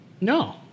No